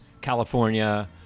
California